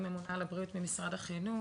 אני ממונה על הבריאות ממשרד החינוך,